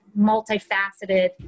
multifaceted